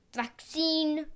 vaccine